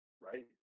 right